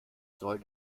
soll